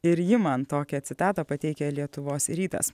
ir ji man tokią citatą pateikia lietuvos rytas